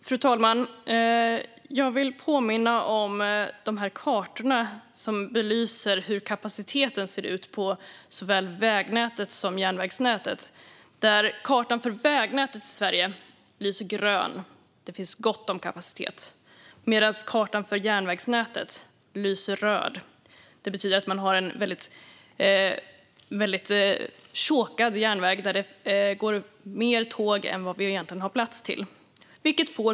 Fru talman! Jag vill påminna om kartorna som belyser hur kapaciteten ser ut på såväl vägnätet som järnvägsnätet. Kartan för vägnätet i Sverige lyser grönt. Det finns gott om kapacitet. Men kartan för järnvägsnätet lyser rött. Det betyder att vi har en chokad järnväg där det går mer tåg än vi egentligen har plats till.